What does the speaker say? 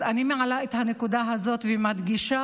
אז אני מעלה את הנקודה הזאת ומדגישה